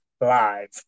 live